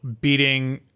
beating